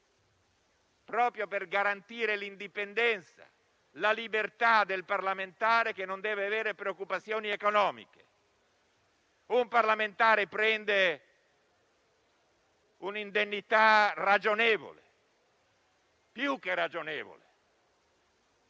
proprio per garantire l'indipendenza e la libertà del parlamentare, che non deve avere preoccupazioni economiche. Un parlamentare prende un'indennità ragionevole, più che ragionevole.